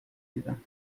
دیدم